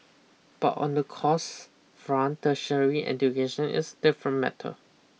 but on the costs front tertiary education is different matter